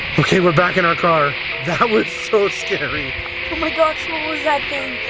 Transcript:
okay, we're back in our car, that was so scary oh my gosh, what was that thing?